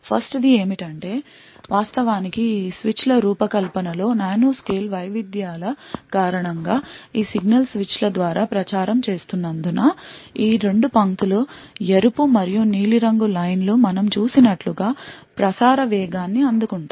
1st ది ఏమిటంటే వాస్తవానికి ఈ స్విచ్ల రూపకల్పనలో నానోస్కేల్ వైవిధ్యాల కారణంగా ఈ సిగ్నల్స్ స్విచ్ల ద్వారా ప్రచారం చేస్తున్నందున ఈ 2 పంక్తులు ఎరుపు మరియు నీలిరంగు లైన్ లు మనం చూసినట్లుగా ప్రసార వేగాన్ని అందుకుంటాయి